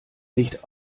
nicht